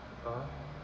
(uh huh)